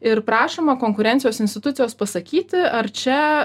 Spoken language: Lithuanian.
ir prašoma konkurencijos institucijos pasakyti ar čia